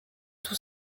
tout